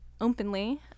openly